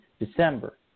December